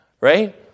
Right